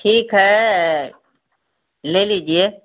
ठीक है ले लीजिए